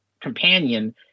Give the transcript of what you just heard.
companion